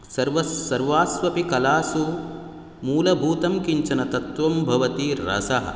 सर्वास्वपि कलासु मूलभूतं किञ्चन तत्वं भवति रसः